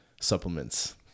Supplements